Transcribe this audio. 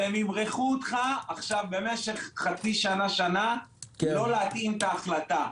הם ימרחו אותך עכשיו במשך חצי שנה או שנה לא להתאים את ההחלטה.